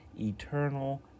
eternal